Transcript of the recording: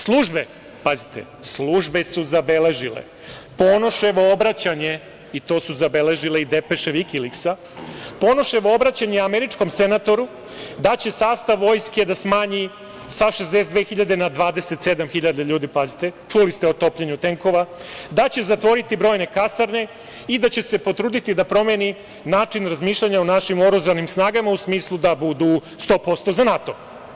Službe, pazite, službe su zabeležile Ponoševo obraćanje i to su zabeležile i depeše „Vikiliksa“, Ponoševo obraćanje je američkom senatoru da će sastav vojske da smanji sa 62.000 na 27.000 ljudi, pazite, čuli ste o topljenju tenkova, da će zatvoriti brojne kasarne i da će se potruditi da promeni način razmišljanja o našim oružanim snagama u smislu da budu 100% za NATO.